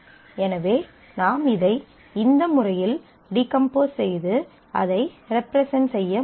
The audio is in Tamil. எனவே நாம் இதை இந்த முறையில் டீகம்போஸ் செய்து அதை ரெப்ரசன்ட் செய்ய முடியும்